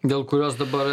dėl kurios dabar